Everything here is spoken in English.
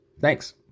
Thanks